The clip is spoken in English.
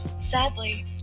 Sadly